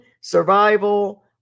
survival